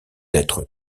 être